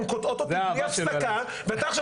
הן קוטעות אותי בלי הפסקה ואתה עכשיו